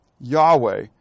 Yahweh